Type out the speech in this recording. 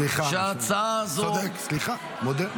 סליחה, צודק, סליחה, מודה.